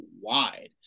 wide